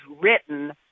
written